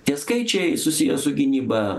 tie skaičiai susiję su gynyba